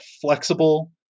flexible